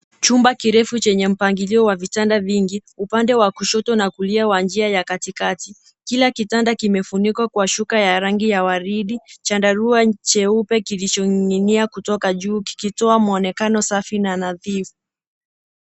Chumba kirefu chenye mpangilio wa vitanda vingi upande wa kushoto na kulia wa njia katikati. Kila kitanda kimefunikwa kwa shuka ya rangi ya waridi, chandarua cheupe kilichoning'inia kutoka juu kikitoa mwonekano safi na nadhifu.